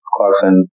Clarkson